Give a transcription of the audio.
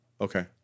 Okay